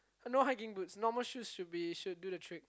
no hiking boots normal shoes should be should do the trick